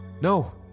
No